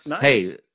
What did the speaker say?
hey